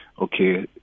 Okay